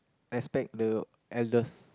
respect the elders